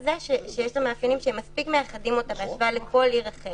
הזה שיש לה מאפיינים שמספיק מייחדים אותה בהשוואה לכל עיר אחרת.